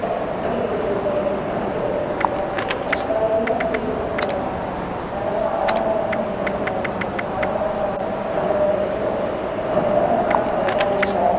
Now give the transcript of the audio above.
boat புளி ஒரு உருண்டை எடுத்து போட்டு அதை கரைச்சி தக்காளியும் அதை சேர்த்து போட்டு கரைப்பாங்க மிளகா வரமிளகா ரெண்டையும் போட்டு கரைப்பாங்க வரமிளகா வந்து நாலு போட வேண்டிய இடத்துல ரெண்டு போட்டால் தான் அந்த காரம் கரெக்ட்டாக இருக்கும்